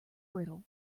brittle